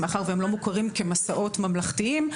מאחר והם לא מוכרים כמסעות ממלכתיים,